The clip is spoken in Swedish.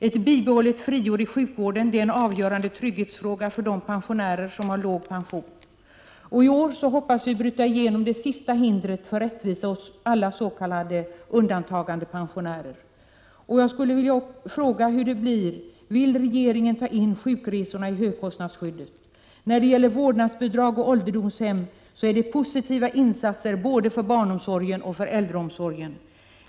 Ett bibehållet friår i sjukvården är en avgörande trygghetsfråga för de pensionärer som har låg pension, och i år hoppas vi bryta igenom det sista hindret för rättvisa åt alla s.k. undantagandepensionärer. Vårdnadsbidrag och ålderdomshem är positiva insatser både för barnomsorgen och äldreomsorgen.